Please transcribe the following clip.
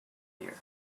here